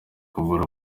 kuvura